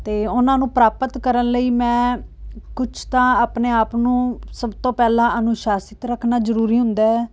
ਅਤੇ ਉਨ੍ਹਾਂ ਨੂੰ ਪ੍ਰਾਪਤ ਕਰਨ ਲਈ ਮੈਂ ਕੁਛ ਤਾਂ ਆਪਣੇ ਆਪ ਨੂੰ ਸਭ ਤੋਂ ਪਹਿਲਾਂ ਅਨੁਸ਼ਾਸਿਤ ਰੱਖਣਾ ਜ਼ਰੂਰੀ ਹੁੰਦਾ ਹੈ